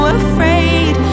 afraid